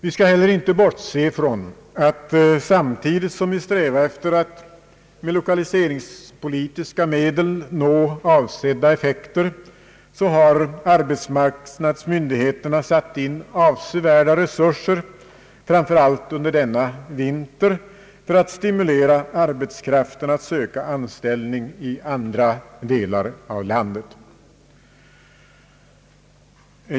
Vi bör inte heller bortse ifrån att samtidigt som vi strävar efter att med lokaliseringspolitiska medel nå avsed da effekter har arbetsmarknadsmyndigheterna satt in avsevärda resurser framför allt under den gångna vintern för att stimulera arbetskraften att söka anställning i andra delar av landet.